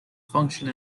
function